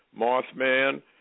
Mothman